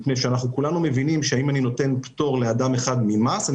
אם אני נותן פטור לאדם אחד ממס,